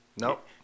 Nope